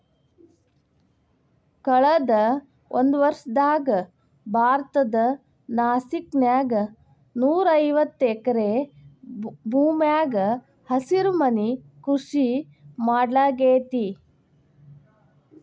ಕಳದ ಒಂದ್ವರ್ಷದಾಗ ಭಾರತದ ನಾಸಿಕ್ ನ್ಯಾಗ ನೂರಾಐವತ್ತ ಎಕರೆ ಭೂಮ್ಯಾಗ ಹಸಿರುಮನಿ ಕೃಷಿ ಮಾಡ್ಲಾಗೇತಿ